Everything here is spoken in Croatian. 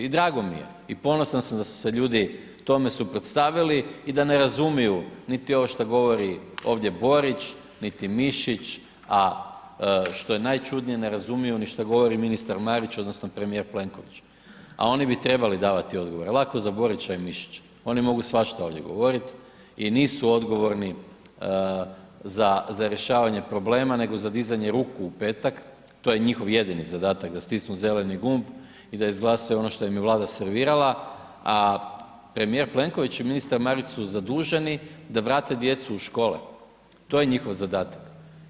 I drago mi je i ponosan sam da su se ljudi tome suprotstavili i da ne razumiju niti ovo što govori ovdje Borić niti Mišić a što je najčudnije, ne razumiju ni što govori ministar Marić odnosno premijer Plenković a oni bi trebali davati odgovore, lako za Borića i Mišića, oni mogu svašta ovdje govoriti i nisu odgovorni za rješavanje problema nego za dizanje ruku u petak, to je njihov jedini zadatak da stisnu zeleni gumb i da izglasaju ono šta im je Vlada servirala a premijer Plenković i ministar Marić su zaduženi da vrate djecu u škole, to je njihov zadatak.